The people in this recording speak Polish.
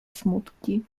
smutki